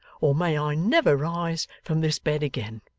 or may i never rise from this bed again